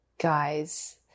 guys